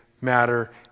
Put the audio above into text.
matter